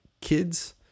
kids